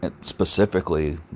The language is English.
Specifically